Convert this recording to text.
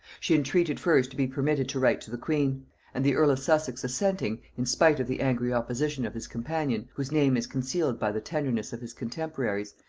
she entreated first to be permitted to write to the queen and the earl of sussex assenting, in spite of the angry opposition of his companion, whose name is concealed by the tenderness of his contemporaries,